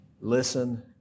listen